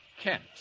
Kent